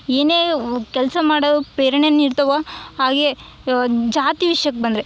ಏನೇ ಕೆಲಸ ಮಾಡಲು ಪ್ರೇರಣೆ ನೀಡ್ತಾವ ಹಾಗೆ ಜಾತಿ ವಿಷ್ಯಕ್ಕೆ ಬಂದರೆ